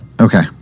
Okay